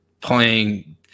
playing –